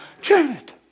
Janet